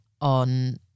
on